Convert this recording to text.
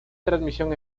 transmisión